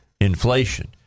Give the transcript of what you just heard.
inflation